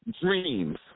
dreams